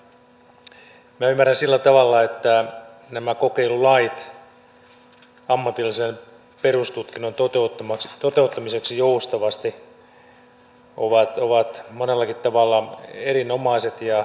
minä ymmärrän sillä tavalla että nämä kokeilulait ammatillisen perustutkinnon toteuttamiseksi joustavasti ovat monellakin tavalla erinomaiset ja tärkeät